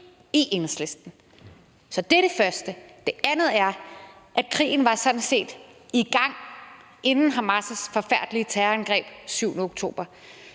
i Enhedslisten. Det er det første. Det andet er, at krigen sådan set var i gang inden Hamas' forfærdelige terrorangreb den 7. oktober.